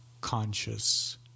conscious